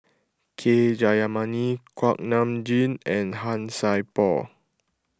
K Jayamani Kuak Nam Jin and Han Sai Por